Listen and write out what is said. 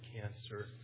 cancer